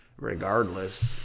regardless